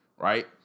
Right